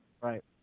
Right